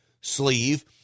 sleeve